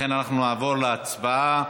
לכן אנחנו נעבור להצבעה.